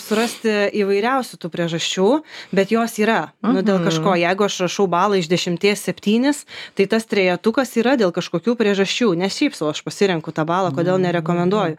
surasti įvairiausių tų priežasčių bet jos yra nu dėl kažko jeigu aš rašau balą iš dešimties septynis tai tas trejetukas yra dėl kažkokių priežasčių ne šiaip sau aš pasirenku tą balą kodėl nerekomenduoju